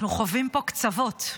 אנחנו חווים פה קצוות,